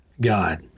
God